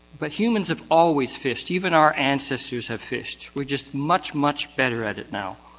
but humans have always fished, even our ancestors have fished, we're just much, much better at it now.